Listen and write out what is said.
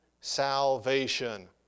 salvation